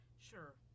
Sure